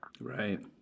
Right